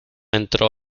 entró